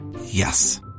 Yes